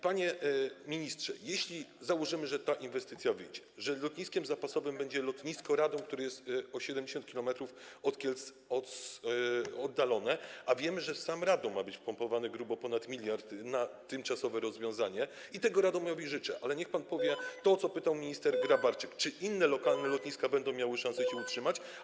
Panie ministrze, jeśli założymy, że ta inwestycja wyjdzie, że lotniskiem zapasowym będzie lotnisko Radom, które jest oddalone od Kielc o 70 km, a wiemy, że w sam Radom ma być wpompowane grubo ponad miliard na tymczasowe rozwiązanie, i tego Radomowi życzę, niech pan powie, o co pytał minister Grabarczyk, czy inne lokalne lotniska będą miały szansę się utrzymać.